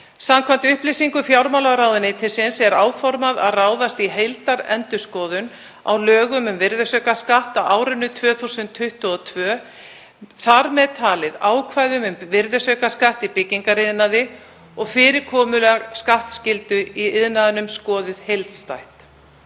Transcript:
Samkvæmt upplýsingum fjármálaráðuneytisins er áformað að ráðast í heildarendurskoðun á lögum um virðisaukaskatt á árinu 2022, þar með talið ákvæðum um virðisaukaskatt í byggingariðnaði og að fyrirkomulag skattskyldu í iðnaðinum verði skoðað heildstætt.